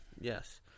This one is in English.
Yes